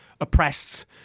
oppressed